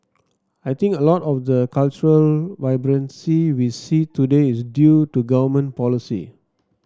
I think a lot of the cultural vibrancy we see today is due to government policy